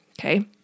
Okay